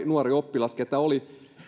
nuori oppilas joka